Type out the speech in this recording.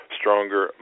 stronger